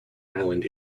island